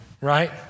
right